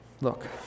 Look